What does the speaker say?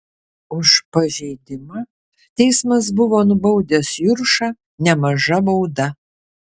už pažeidimą teismas buvo nubaudęs juršą nemaža bauda